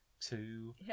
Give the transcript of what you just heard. two